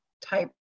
type